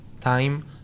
time